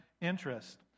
interest